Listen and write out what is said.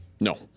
No